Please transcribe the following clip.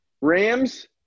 Rams